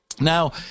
Now